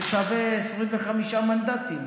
שזה שווה 25 מנדטים,